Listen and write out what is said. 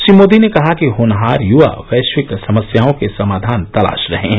श्री मोदी ने कहा कि होनहार युवा वैश्विक समस्याओं के समाधान तलाश रहे हैं